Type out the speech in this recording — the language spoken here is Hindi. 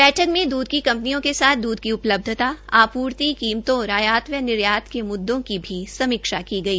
बैठक में दूध की कंपनियों के साथ द्वा की उपलब्धता आपूर्ति कीमतों और आयायत व निर्यात के मुद्दों की भी समीक्षा की गई